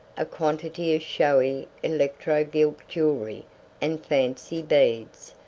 a quantity of showy electro-gilt jewellery and fancy beads,